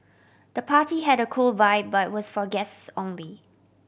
the party had a cool vibe but was for guests only